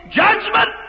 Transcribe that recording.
judgment